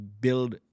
build